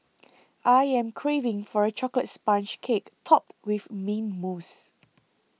I am craving for a Chocolate Sponge Cake Topped with Mint Mousse